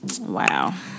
Wow